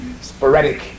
sporadic